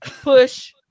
Push